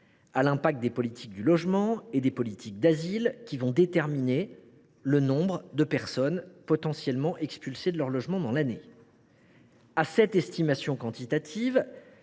à l’impact des politiques du logement et d’asile, qui déterminent le nombre de personnes potentiellement expulsées de leur logement dans l’année à venir. À cette estimation quantitative